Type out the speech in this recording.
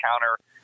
counter